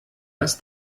das